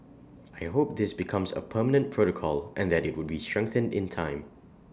I hope this becomes A permanent protocol and that IT would be strengthened in time